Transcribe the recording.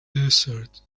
desert